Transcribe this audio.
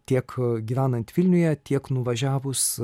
tiek gyvenant vilniuje tiek nuvažiavus